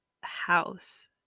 house